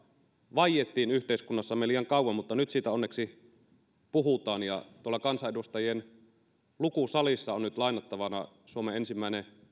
vaiettiin yhteiskunnassamme liian kauan mutta nyt siitä onneksi puhutaan ja tuolla kansanedustajien lukusalissa on nyt lainattavana suomen ensimmäinen